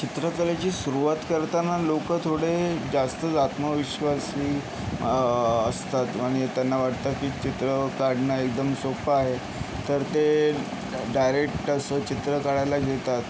चित्रकलेची सुरुवात करताना लोकं थोडे जास्तच आत्मविश्वासी असतात आणि त्यांना वाटतं की चित्र काढणं एकदम सोपं आहे तर ते डायरेक्ट असं चित्र काढायला घेतात